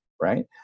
right